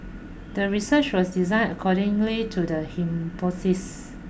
the research was designed accordingly to the hypothesis